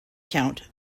count